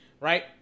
right